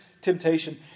temptation